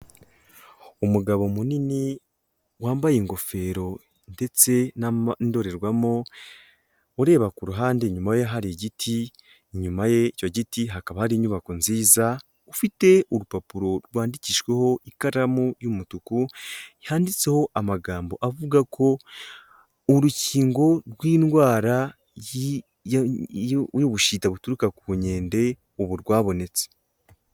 Umugabo munini wambaye ingofero ndetse n'indorerwamo ureba ku ruhande inyuma ye hari igiti, inyuma ye icyo giti hakaba hari inyubako nziza ufite urupapuro rwandikijweho ikaramu y'umutuku, yanditseho amagambo avuga ko urukingo rw'indwara y'ubushita buturuka ku nkende ubu rwabonetse.